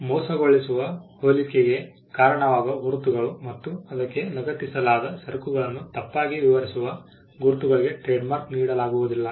ಮೋಸಗೊಳಿಸುವ ಹೋಲಿಕೆಗೆ ಕಾರಣವಾಗುವ ಗುರುತುಗಳು ಮತ್ತು ಅದಕ್ಕೆ ಲಗತ್ತಿಸಲಾದ ಸರಕುಗಳನ್ನು ತಪ್ಪಾಗಿ ವಿವರಿಸುವ ಗುರುತುಗಳಿಗೆ ಟ್ರೇಡ್ಮಾರ್ಕ್ ನೀಡಲಾಗುವುದಿಲ್ಲ